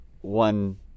one